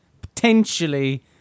potentially